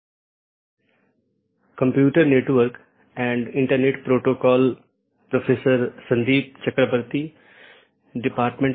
नमस्कार हम computer network और इंटरनेट पाठ्यक्रम पर अपनी चर्चा जारी रखेंगे